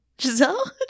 Giselle